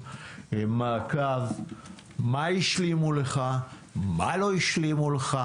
מעקב לגבי מה השלימו לך ומה לא השלימו לך.